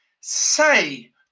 say